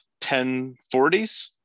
1040s